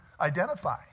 identify